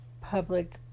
public